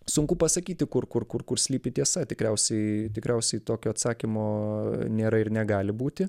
sunku pasakyti kur kur kur kur slypi tiesa tikriausiai tikriausiai tokio atsakymo nėra ir negali būti